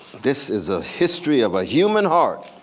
this is a history of a human heart,